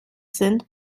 sind